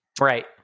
Right